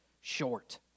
short